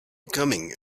coming